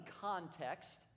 context